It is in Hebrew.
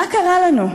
מה קרה לנו?